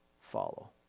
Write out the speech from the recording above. follow